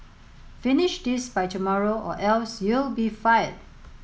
finish this by tomorrow or else you'll be fired